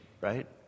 right